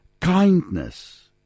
kindness